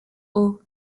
hauts